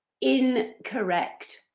incorrect